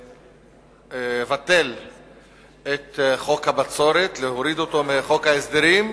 לבטל את חוק הבצורת, להוריד אותו מחוק ההסדרים,